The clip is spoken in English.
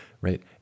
right